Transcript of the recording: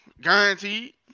Guaranteed